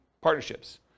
partnerships